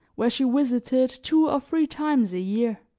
where she visited two or three times a year